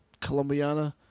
Colombiana